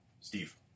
Steve